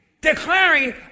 declaring